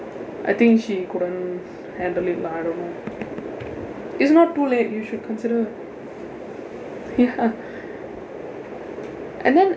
I think she couldn't handle it lah I don't know it's not too late you should consider ya and then